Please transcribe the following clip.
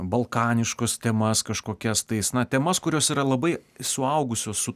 balkaniškas temas kažkokias tais na temas kurios yra labai suaugusios su